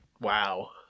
wow